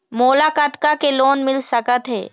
मोला कतका के लोन मिल सकत हे?